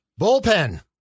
Bullpen